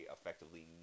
effectively